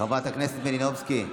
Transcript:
חברת הכנסת מלינובסקי,